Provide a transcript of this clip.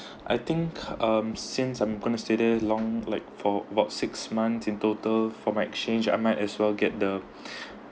I think um since I'm gonna stay there long like for about six months in total for my exchange I might as well get the